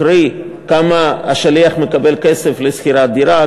קרי כמה כסף השליח מקבל לשכירת דירה,